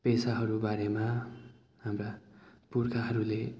पेसाहरू बारेमा हाम्रा पुर्खाहरूले